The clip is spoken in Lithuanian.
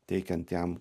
teikiant jam